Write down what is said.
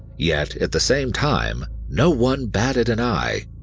yet, at the same time, no one batted an eye,